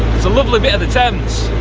it's a lovely bit of the thames.